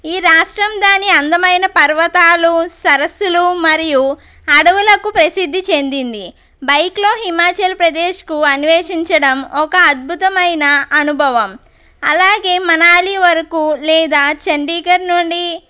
ఈ రాష్ట్రం దాని అందమైన పర్వతాలు సరస్సులు మరియు అడవులకు ప్రసిద్ధి చెందింది బైకులో హిమాచల్ప్రదేశ్కు అన్వేషించడం ఒక అద్భుతమైన అనుభవం అలాగే మనాలి వరకు లేదా చండీఘర్ నుండి